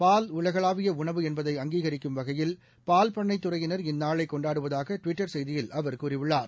பால் உலகளாவியஉணவு என்பதை அங்கீகரிக்கும் வகையில் பால் பண்ணைதுறையினா் இந்நாளைகொண்டாடுவதாகடுவிட்டர் செய்தியில் அவர் கூறியுள்ளார்